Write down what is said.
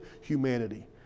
humanity